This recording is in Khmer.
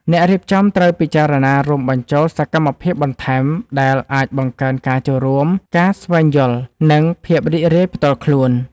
អ្នករៀបចំត្រូវពិចារណារួមបញ្ចូលសកម្មភាពបន្ថែមដែលអាចបង្កើនការចូលរួម, ការស្វែងយល់ និងភាពរីករាយផ្ទាល់ខ្លួន។